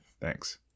Thanks